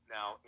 Now